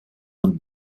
und